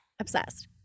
Obsessed